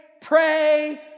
pray